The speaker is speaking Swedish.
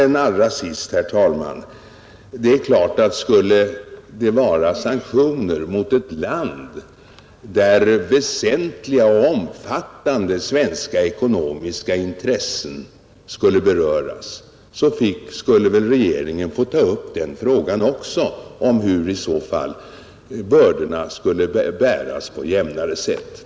Till sist, herr talman, är det givet att om sanktioner skulle vidtas mot ett land där väsentliga och omfattande svenska ekonomiska intressen skulle beröras, skulle väl regeringen få ta upp också frågan om hur bördorna skulle bäras på jämnare sätt.